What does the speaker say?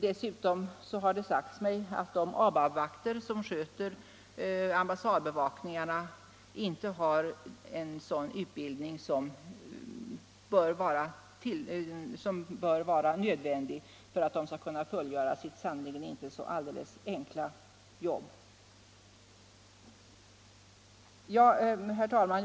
Dessutom har det sagts mig att de ABAB-vakter som sköter ambassadbevakningarna inte har sådan utbildning som bör vara nödvändig för att de skall kunna fullgöra sitt sannerligen inte alldeles enkla jobb. Herr talman!